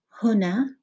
huna